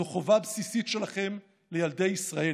זו חובה בסיסית שלכם לילדי ישראל.